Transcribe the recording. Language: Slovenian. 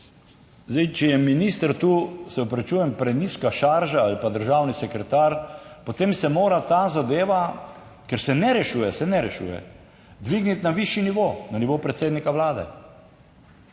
zdaj, če je minister tu, se opravičujem, prenizka šarža ali pa državni sekretar, potem se mora ta zadeva, ker se ne rešuje, se ne rešuje, dvigniti na višji nivo, na nivo predsednika Vlade.